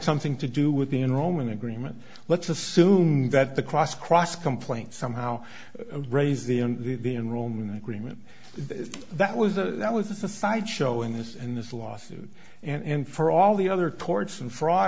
something to do with the enrollment agreement let's assume that the cross cross complaint somehow raise the in the enrollment agreement that was a that was a side show in this and this lawsuit and for all the other ports and fraud